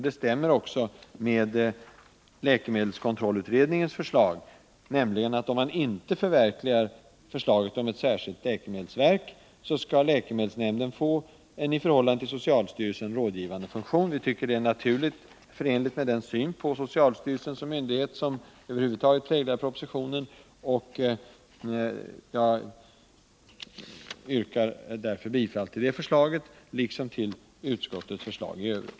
Det stämmer också med läkemedelskontrollutredningens förslag, nämligen att om man inte förverkligar förslaget om ett särskilt läkemedelsverk skall läkemedelsnämnden få en i förhållande till socialstyrelsen rådgivande funktion. Vi tycker att det är naturligt och förenligt med den syn på socialstyrelsen som myndighet, som över huvud taget präglar propositionen. Jag yrkar bifall till det förslaget liksom till utskottets förslag i övrigt.